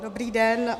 Dobrý den.